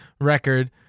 record